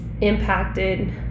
impacted